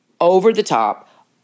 over-the-top